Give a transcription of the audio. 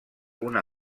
una